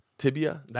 Tibia